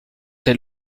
tes